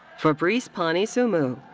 fabrice pani seumou.